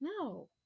No